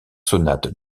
sonate